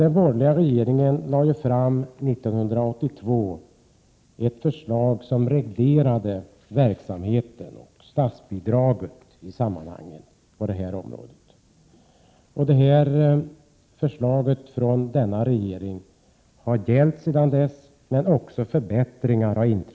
Den borgerliga regeringen lade fram 1982 ett förslag om hur verksamheten i och statsbidraget till dessa skolor skall regleras. Detta regeringsförslag har varit i kraft sedan dess, men under tiden har också förbättringar genomförts.